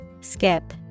Skip